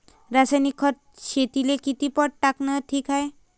रासायनिक खत शेतीले किती पट टाकनं ठीक हाये?